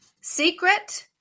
secret